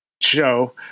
show